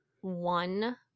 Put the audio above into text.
one